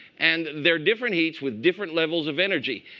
and they are different heats with different levels of energy.